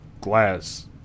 glass